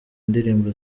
indirimbo